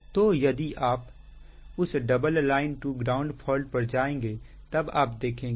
तो यदि आप उस double line to ground fault पर जाएंगे तब आप देखेंगे